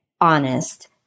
honest